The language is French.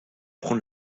prend